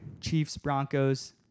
Chiefs-Broncos